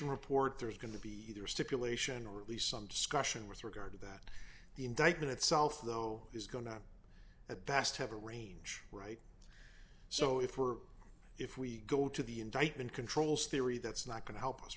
investigation report there is going to be either stipulation or at least some discussion with regard to that the indictment itself though is going to the best have a range right so if we're if we go to the indictment controls theory that's not going to help us